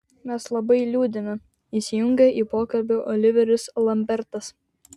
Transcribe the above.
mes labai liūdime įsijungė į pokalbį oliveris lambertas